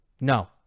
No